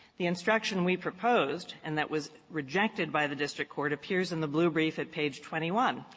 the instruction we proposed and that was rejected by the district court appears in the blue brief at page twenty one,